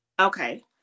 Okay